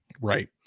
Right